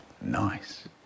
Nice